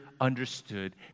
understood